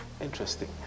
Interesting